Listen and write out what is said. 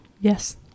Yes